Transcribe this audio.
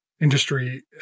industry